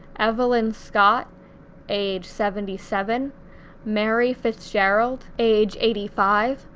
evelyn scott age seventy seven mary fitzgerald age eighty five,